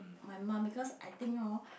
my mum because I think orh